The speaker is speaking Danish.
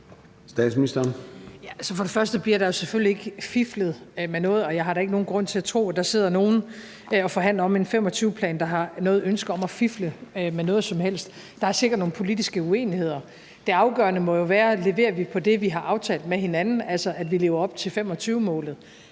der bliver selvfølgelig ikke fiflet med noget, og jeg har da ikke nogen grund til at tro, at der sidder nogen og forhandler om en 2025-plan, der har noget ønske om at fifle med noget som helst. Der er sikkert nogle politiske uenigheder. Det afgørende må jo være, at vi leverer på det, vi har aftalt med hinanden, altså at vi lever op til 2025-målet,